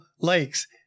lakes